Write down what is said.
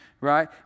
right